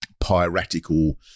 piratical